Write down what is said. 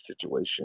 situation